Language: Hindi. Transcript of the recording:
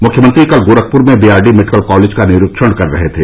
मुख्यमंत्री कल गोरखपुर में बीआरडी मेडिकल कॉलेज का निरीक्षण कर रहे थे